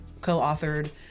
co-authored